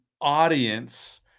audience